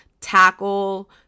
tackle